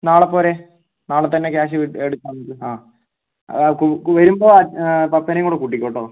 നാളെ പോരെ നാളെ തന്നെ ക്യാഷ് എടുത്ത് തന്ന് ആ വരുമ്പോൾ പപ്പേനേം കൂടെ കൂട്ടിക്കോളു